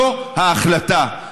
זו ההחלטה.